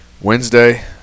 Wednesday